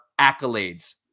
accolades